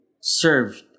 served